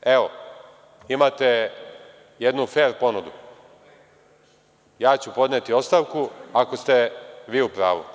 Dakle, evo, imate jednu fer ponudu, ja ću podneti ostavku ako ste vi u pravu.